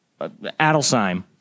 Adelsheim